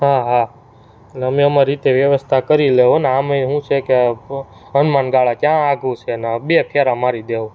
હા હા ન અમે અમારી રીતે વ્યવસ્થા કરી લેહું ને આમેય શું છે કે હનુમાનગાળા ક્યાં આઘું છે ને બે ફેરા મારી દઈશું